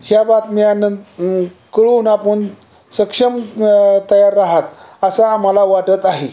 ह्या बातम्या नं कळून आपण सक्षम तयार आहात असं आम्हाला वाटत आहे